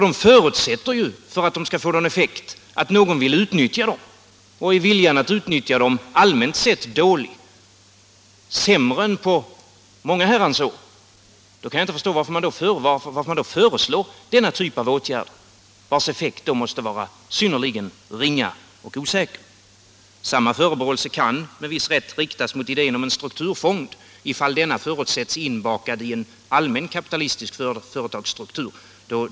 De förutsätter ju, för att de skall få någon effekt, att någon vill 45 utnyttja dem. Och är viljan att utnyttja dem allmänt sett dålig — sämre än på många herrans år — så kan jag inte förstå varför man då föreslår denna typ av åtgärder, vars effekt måste vara synnerligen ringa och osäker. Samma förebråelse kan med viss rätt riktas mot idén om en strukturfond, ifall denna förutsätts inbakad i en allmän kapitalistisk företagsstruktur.